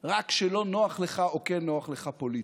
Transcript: רק כשלא נוח לך או כן נוח לך פוליטית.